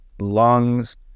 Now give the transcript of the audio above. lungs